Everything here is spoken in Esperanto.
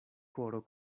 koro